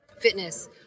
fitness